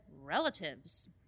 relatives